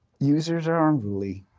users are unruly.